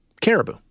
caribou